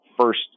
first